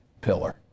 pillar